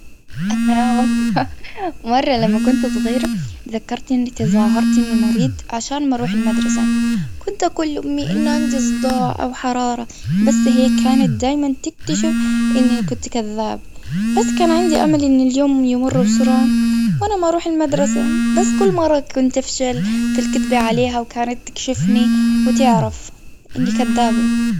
مرة لما كنت صغيرة تذكرت انك تظاهرت اني مريض عشان ما اروح المدرسة.كنت أقول لأمي أني عندي صداع أو حرارة. بس هي كانت دايما تكتشف أني كنت كذاب. بس كان عندي أمل أن اليوم يمر بسرعة. وأنا ما اروح المدرسة. بس كل مرة كنت أفشل بالكدبة عليها وكانت بتكشفني وتعرف إني كدابة.